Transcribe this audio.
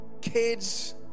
kids